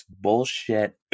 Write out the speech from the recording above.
bullshit